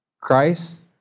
Christ